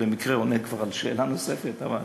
אני במקרה עונה כבר על שאלה נוספת, אבל